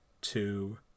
two